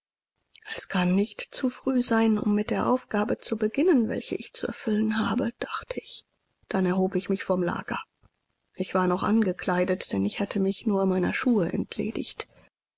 es kann nicht zu früh sein um mit der aufgabe zu beginnen welche ich zu erfüllen habe dachte ich dann erhob ich mich vom lager ich war noch angekleidet denn ich hatte mich nur meiner schuhe entledigt